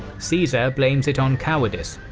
caesar blames it on cowardice,